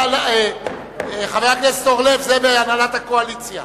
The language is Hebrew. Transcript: חבר הכנסת אורלב, זה בהנהלת הקואליציה.